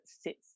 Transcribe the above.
sits